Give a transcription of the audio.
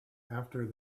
after